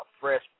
fresh